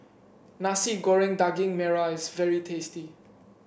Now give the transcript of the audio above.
Nasi Goreng Daging Merah is very tasty